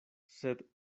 sed